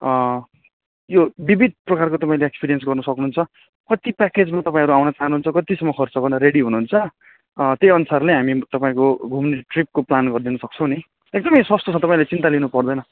यो विविध प्रकारको तपाईँले एक्सपिरियन्स गर्नु सक्नु हुन्छ कति प्याकेजमा तपाईँहरू आउन चाहनु हुन्छ कतिसम्म खर्च गर्न रेडी हुनु हुन्छ त्यही अनुसारले हामी तपाईँको घुम्ने ट्रिपको प्लान गरिदिन सक्छौँ नि एकदम सस्तो छ तपाईँले चिन्ता लिनु पर्दैन